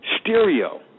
stereo